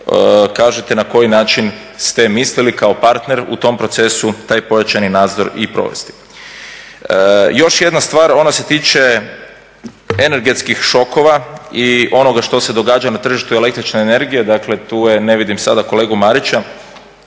kažete na koji način ste mislili kao partner u tom procesu taj pojačani nadzor i provesti. Još jedna stvar. Ona se tiče energetskih šokova i onoga što se događa na tržištu električne energije. Dakle, tu je ne vidim sada kolegu Marića,